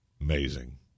Amazing